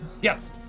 Yes